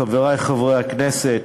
חברי חברי הכנסת,